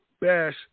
Bash